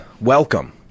Welcome